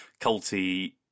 culty